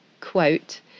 quote